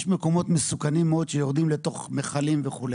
יש מקומות מסוכנים מאוד שיורדים לתוך מכלים וכו',